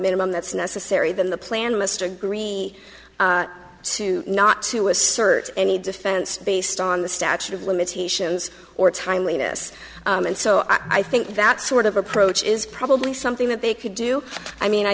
minimum that's necessary than the plan must agree to not to assert any defense based on the statute of limitations or timeliness and so i think that sort of approach is probably something that they could do i mean i